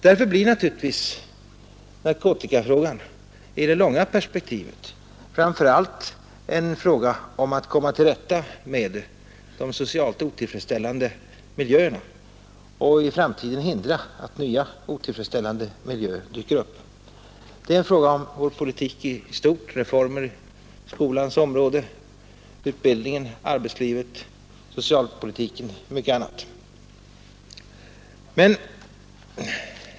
Därför blir naturligtvis narkotikafrågan i det långa perspektivet framför allt en fråga om att komma till rätta med de socialt otillfredsställande miljöerna och att i framtiden hindra att nya otillfredsställande miljöer uppstår. Det är en fråga om vår politik i stort, reformer på skolans område, utbildningen, arbetslivet, socialpolitiken och mycket annat.